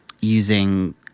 using